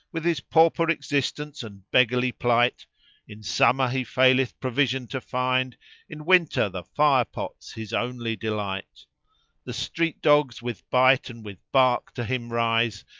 with his pauper existence and beggarly plight in summer he faileth provision to find in winter the fire-pot's his only delight the street-dogs with bite and with bark to him rise,